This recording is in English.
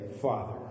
Father